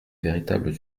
véritable